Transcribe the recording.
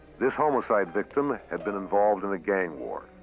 this homicide victim had been involved in a gang war.